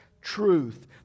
truth